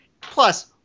Plus